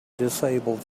disabled